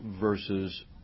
versus